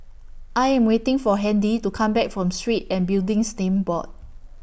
I Am waiting For Handy to Come Back from Street and Buildings Names Board